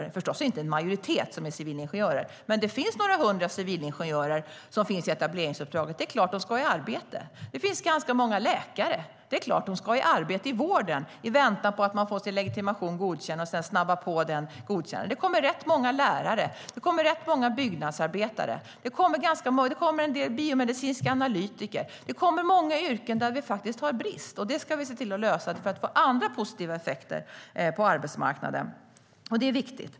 Det är förstås inte en majoritet, men det finns några hundra civilingenjörer i etableringsuppdraget. Det är klart att de ska i arbete. Det finns ganska många läkare. Det är klart att de ska arbeta inom vården medan de väntar på att få sin legitimation godkänd, vilket ska snabbas på. Det kommer rätt många lärare och byggnadsarbetare. Det kommer en del biomedicinska analytiker. Det kommer många inom yrken där vi har brist, och vi ska lösa detta för att få andra positiva effekter på arbetsmarknaden. Det är viktigt.